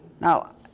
Now